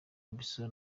bissau